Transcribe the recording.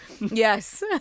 Yes